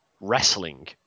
wrestling